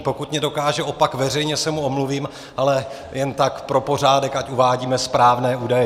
Pokud mě dokáže opak, veřejně se mu omluvím, ale jen tak pro pořádek, ať uvádíme správné údaje.